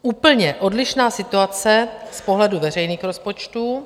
Úplně odlišná situace z pohledu veřejných rozpočtů.